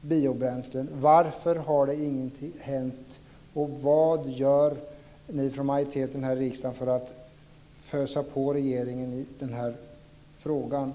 biobränslen. Varför har ingenting hänt? Vad gör majoriteten här i riksdagen för att fösa på regeringen i den här frågan?